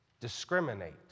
discriminate